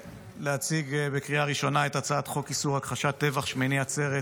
הצעת חוק איסור הכחשה של טבח שמיני עצרת